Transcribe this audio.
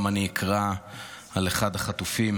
גם אני אקרא על אחד החטופים.